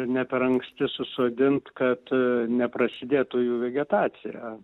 ne per anksti susodint kad neprasidėtų jų vegetacija